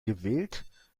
gewillt